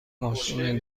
ماشین